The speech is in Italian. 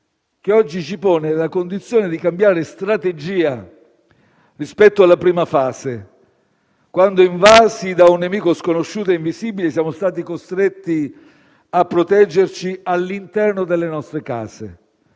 che oggi ci pone nella condizione di cambiare strategia rispetto alla prima fase, quando invasi da un nemico sconosciuto ed invisibile, siamo stati costretti a proteggerci all'interno delle nostre case,